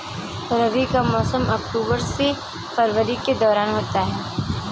रबी का मौसम अक्टूबर से फरवरी के दौरान होता है